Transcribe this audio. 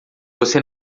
você